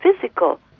physical